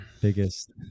Biggest